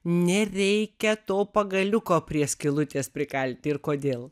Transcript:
nereikia to pagaliuko prie skylutės prikalti ir kodėl